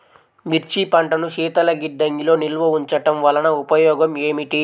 మిర్చి పంటను శీతల గిడ్డంగిలో నిల్వ ఉంచటం వలన ఉపయోగం ఏమిటి?